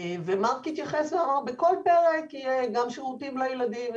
מארק התייחס ואמר: בכל פרק יהיו גם שירותים לילדים.